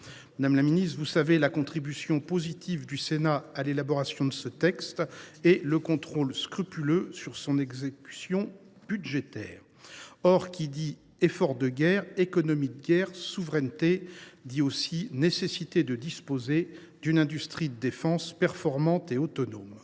Madame la ministre, vous le savez, le Sénat a contribué de manière positive à l’élaboration de ce texte et il exerce un contrôle scrupuleux sur son exécution budgétaire. Or qui dit effort de guerre, économie de guerre et souveraineté dit aussi nécessité de disposer d’une industrie de défense performante et autonome.